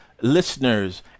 listeners